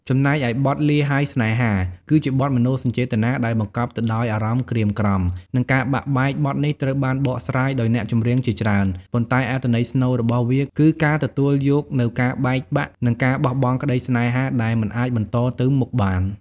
ចំណែកឯបទលាហើយស្នេហា គឺជាបទមនោសញ្ចេតនាដែលបង្កប់ទៅដោយអារម្មណ៍ក្រៀមក្រំ និងការបែកបាក់ បទនេះត្រូវបានបកស្រាយដោយអ្នកចម្រៀងជាច្រើន ប៉ុន្តែអត្ថន័យស្នូលរបស់វាគឺការទទួលយកនូវការបែកបាក់ និងការបោះបង់ក្តីស្នេហាដែលមិនអាចបន្តទៅមុខបាន។